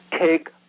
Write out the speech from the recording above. Take